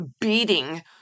beating